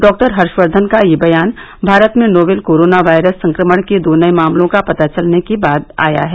doctor Harshvardhan का यह बयान भारत में नोवेल कोरोना वायरस संक्रमण के दो नए मामलों का पता चलने के बाद आया है